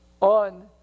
on